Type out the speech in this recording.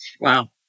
Wow